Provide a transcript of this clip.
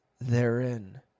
therein